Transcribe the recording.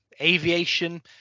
Aviation